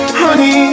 honey